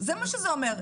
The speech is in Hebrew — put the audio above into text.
זה מה שזה אומר.